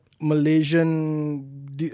Malaysian